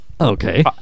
Okay